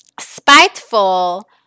spiteful